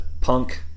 Punk